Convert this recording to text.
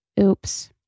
oops